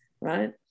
right